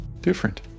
Different